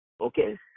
okay